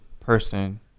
person